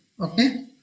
Okay